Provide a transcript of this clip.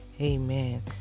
amen